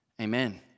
Amen